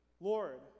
lord